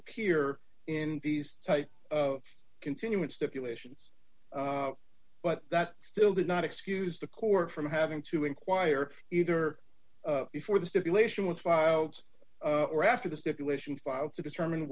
appear in these type of continuance stipulations but that still did not excuse the court from having to inquire either before the stipulation was filed or after the stipulation filed to determine